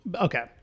Okay